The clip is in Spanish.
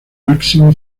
maxim